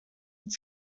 het